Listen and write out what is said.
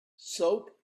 soap